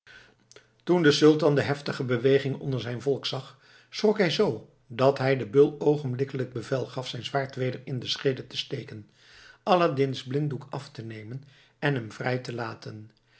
toen de sultan de heftige beweging onder zijn volk zag schrok hij zoo dat hij den beul oogenblikkelijk bevel gaf zijn zwaard weder in de scheede te steken aladdin's blinddoek af te nemen en hem vrij te laten